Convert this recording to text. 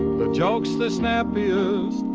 the jokes the snappiest,